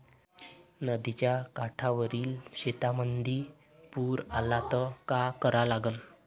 नदीच्या काठावरील शेतीमंदी पूर आला त का करा लागन?